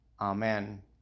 Amen